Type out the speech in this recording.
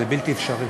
זה בלתי אפשרי.